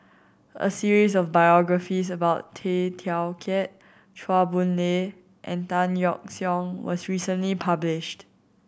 a series of biographies about Tay Teow Kiat Chua Boon Lay and Tan Yeok Seong was recently published